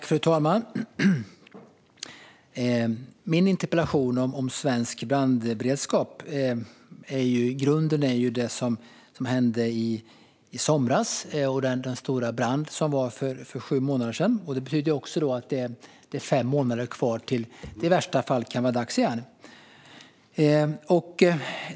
Fru talman! Min interpellation om svensk brandberedskap har sin grund i det som hände i somras - den stora brand som ägde rum för sju månader sedan. Det är fem månader kvar tills det i värsta fall kan vara dags igen.